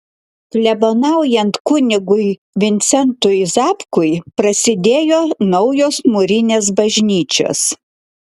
klebonaujant kunigui vincentui zapkui prasidėjo naujos mūrinės bažnyčios